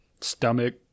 Stomach